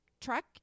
truck